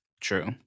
True